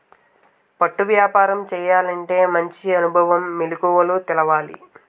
పట్టు వ్యాపారం చేయాలంటే మంచి అనుభవం, మెలకువలు తెలవాలి